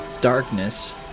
darkness